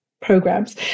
programs